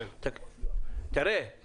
תראה,